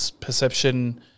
perception